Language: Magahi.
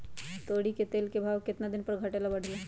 तोरी के तेल के भाव केतना दिन पर घटे ला बढ़े ला?